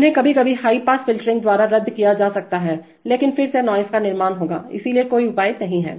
उन्हें कभी कभी हाई पास फ़िल्टरिंग द्वारा रद्द किया जा सकता है लेकिन फिर से नॉइज़ का निर्माण होगा इसलिए कोई उपाय नहीं है